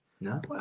no